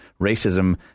Racism